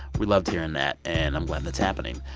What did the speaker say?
we loved hearing that, and i'm glad that's happening.